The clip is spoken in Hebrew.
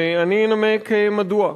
ואני אנמק מדוע.